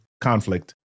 conflict